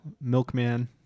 milkman